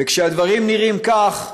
וכשהדברים נראים כך,